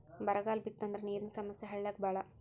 ಬರಗಾಲ ಬಿತ್ತಂದ್ರ ನೇರಿನ ಸಮಸ್ಯೆ ಹಳ್ಳ್ಯಾಗ ಬಾಳ